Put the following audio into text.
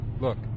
Look